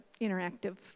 interactive